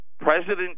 President